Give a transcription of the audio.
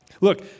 Look